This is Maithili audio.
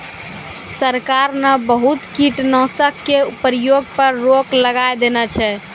सरकार न बहुत कीटनाशक के प्रयोग पर रोक लगाय देने छै